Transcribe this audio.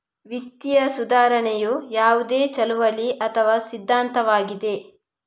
ವಿತ್ತೀಯ ಸುಧಾರಣೆಯು ಯಾವುದೇ ಚಳುವಳಿ ಅಥವಾ ಸಿದ್ಧಾಂತವಾಗಿದೆ